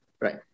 Right